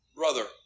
Brother